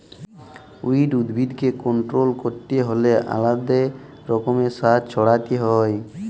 weed উদ্ভিদকে control ক্যরতে হ্যলে আলেদা রকমের সার ছড়াতে হ্যয়